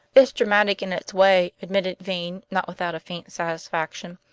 it's dramatic in its way, admitted vane, not without a faint satisfaction.